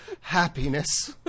Happiness